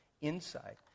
inside